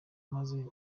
maze